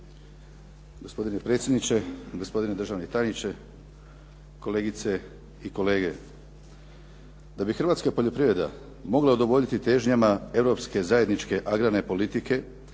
hrvatska poljoprivreda mogla udovoljiti težnjama europske zajedničke agrarne politike,